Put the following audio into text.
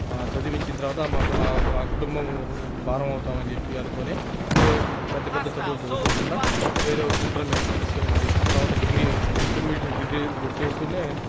చదివించిన తర్వాత మాకు మా కుటుంబం భారమవుతావని చెప్పి అనుకొని మేము పెద్ద పెద్ద చదువులు చదువుకోకుండా ఏదో ఇంటర్మీడియట్ డిస్కంటున్యూ చేసి తర్వాత డిగ్రీ ఇంటర్మీడియట్ డిగ్రీ చేస్తు